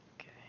Okay